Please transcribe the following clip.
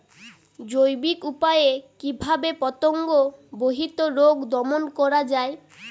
জৈবিক উপায়ে কিভাবে পতঙ্গ বাহিত রোগ দমন করা যায়?